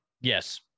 yes